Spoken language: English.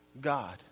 God